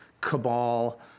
cabal